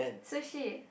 sushi